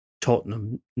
Tottenham